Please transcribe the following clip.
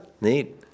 Neat